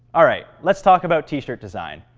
alright, let's talk about t-shirt design.